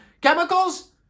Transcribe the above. chemicals